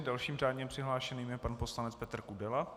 Dalším řádně přihlášeným je pan poslanec Petr Kudela.